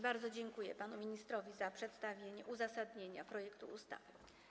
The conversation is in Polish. Bardzo dziękuję panu ministrowi za przedstawienie uzasadnienia projektu ustawy.